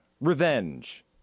revenge